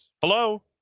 Hello